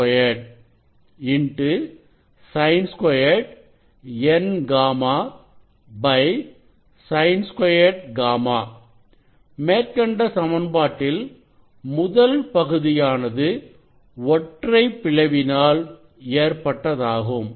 Sin2 Nγ Sin2γ மேற்கண்ட சமன்பாட்டில் முதல் பகுதியானது ஒற்றை பிளவினால் ஏற்பட்டதாகும்